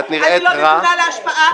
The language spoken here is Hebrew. אני לא נתונה להשפעה,